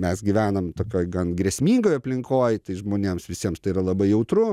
mes gyvenam tokioj gan grėsmingoj aplinkoj tai žmonėms visiems tai yra labai jautru